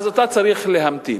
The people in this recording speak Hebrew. אז אתה צריך להמתין.